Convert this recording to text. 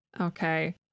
okay